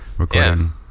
Recording